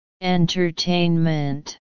Entertainment